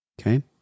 Okay